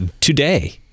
today